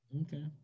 Okay